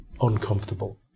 uncomfortable